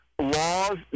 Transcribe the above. laws